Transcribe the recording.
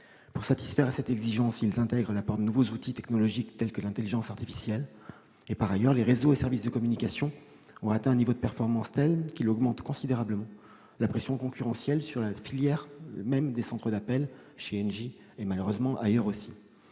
Pour satisfaire à cette exigence, ils intègrent l'apport de nouveaux outils technologiques tels que l'intelligence artificielle. Par ailleurs, les réseaux et services de communication ont atteint un niveau de performance tel qu'il augmente considérablement la pression concurrentielle sur la filière même des centres d'appels chez Engie, et, malheureusement, ailleurs aussi.